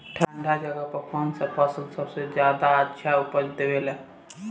ठंढा जगह पर कौन सा फसल सबसे ज्यादा अच्छा उपज देवेला?